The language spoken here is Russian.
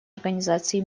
организации